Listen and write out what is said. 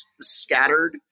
scattered